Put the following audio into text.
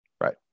Right